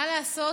מה לעשות